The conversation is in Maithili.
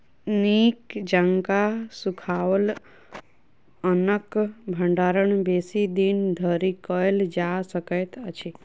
नीक जकाँ सुखाओल अन्नक भंडारण बेसी दिन धरि कयल जा सकैत अछि